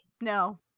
no